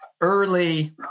early